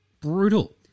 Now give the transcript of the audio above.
Brutal